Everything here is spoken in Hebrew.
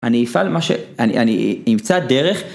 אני אמצא דרך.